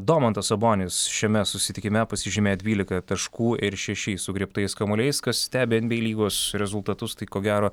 domantas sabonis šiame susitikime pasižymėjo dvylika taškų ir šešiais sugriebtais kamuoliais kas stebi nba lygos rezultatus tai ko gero